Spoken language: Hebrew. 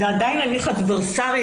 הוא עדיין הליך אדברסרי,